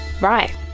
Right